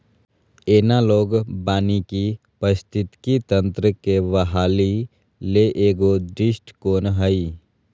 analogue वानिकी पारिस्थितिकी तंत्र के बहाली ले एगो दृष्टिकोण हइ